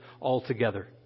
altogether